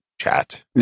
chat